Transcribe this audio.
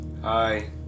Hi